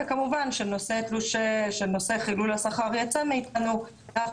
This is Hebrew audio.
וכמובן שכשנושא חילול השכר ייצא מאתנו אנחנו